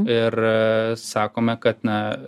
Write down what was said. ir sakome kad na